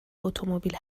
اتومبیل